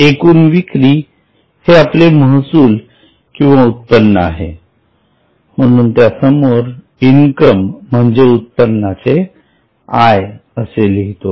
एकूण विक्री हे आपले महसूल किंवा उत्पन्न आहे म्हणून त्या समोर इनकम म्हणजे उत्पन्नाचे I असे लिहितो